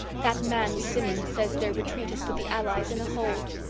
that man simonds says their retreat has put the allies in a hole.